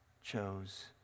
chose